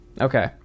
okay